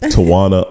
Tawana